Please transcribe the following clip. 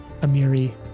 Amiri